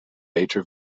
later